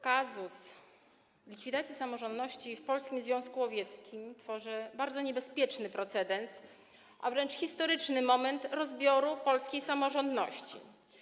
Kazus likwidacji samorządności w Polskim Związku Łowieckim tworzy bardzo niebezpieczny precedens, a wręcz historyczny moment rozbioru polskiej samorządności.